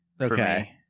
okay